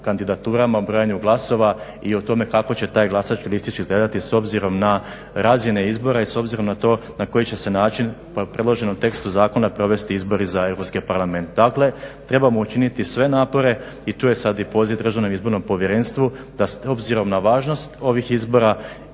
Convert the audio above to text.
kandidaturama, brojanju glasova i o tome kako će taj glasački listić izgledati s obzirom na razine izbora i s obzirom na to na koji će se način po predloženom tekstu zakona provesti izbori za Europski parlament. Dakle, trebamo učiniti sve napore i tu je sad i poziv DIP-u da obzirom na važnost ovih izbora